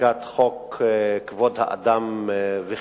חקיקת חוק-יסוד: כבוד האדם וחירותו